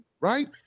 Right